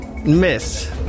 Miss